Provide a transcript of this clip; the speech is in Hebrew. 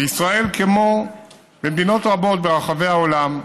בישראל, כמו במדינות רבות ברחבי העולם,